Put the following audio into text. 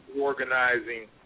organizing